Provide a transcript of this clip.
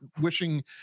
wishing